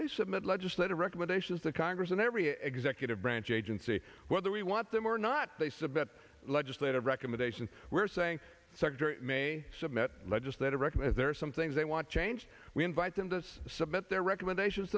they submit legislative recommendations to congress and every executive branch agency whether we want them or not they submit legislative recommendations were saying may submit legislative record if there are some things they want change we invite them to submit their recommendations